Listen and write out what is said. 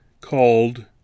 called